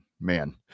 Man